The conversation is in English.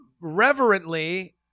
reverently